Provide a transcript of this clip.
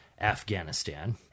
Afghanistan